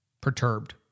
perturbed